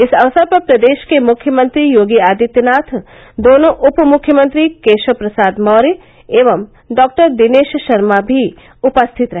इस अवसर पर प्रदेश के मुख्यमंत्री योगी आदित्यनाथ दोनो उप मुख्यमंत्री केशव प्रसाद मौर्य एवं डॉक्टर दिनेश शर्मा भी उपस्थित रहे